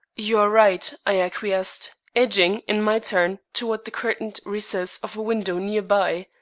you are right, i acquiesced, edging, in my turn, toward the curtained recess of a window near by.